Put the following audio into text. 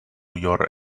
your